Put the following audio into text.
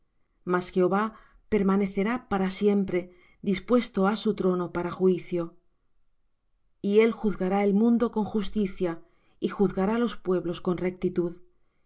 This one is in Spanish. mas jehová permanecerá para siempre dispuesto ha su trono para juicio y él juzgará el mundo con justicia y juzgará los pueblos con rectitud